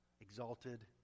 Exalted